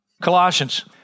Colossians